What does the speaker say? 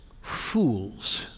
fools